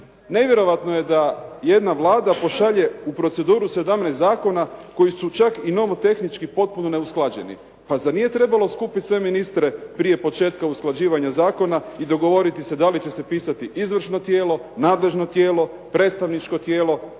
Nevjerojatno je da jedna Vlada pošalje u proceduru 17 zakona koji su čak i nomotehnički potpuno neusklađeni. Pa zar nije trebalo skupiti sve ministre prije početka usklađivanja zakona i dogovoriti se da li će se pisati izvršno tijelo, nadležno tijelo, predstavničko tijelo?